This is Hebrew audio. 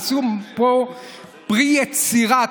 עשו פה פרי יצירה,